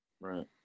Right